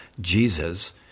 Jesus